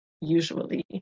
usually